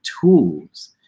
tools